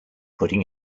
putting